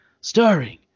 starring